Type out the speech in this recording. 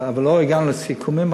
אבל לא הגענו לסיכומים.